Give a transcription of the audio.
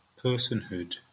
personhood